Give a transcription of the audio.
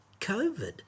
COVID